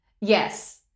Yes